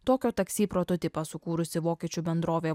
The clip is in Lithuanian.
tokio taksi prototipą sukūrusi vokiečių bendrovė